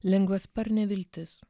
lengva sparne viltis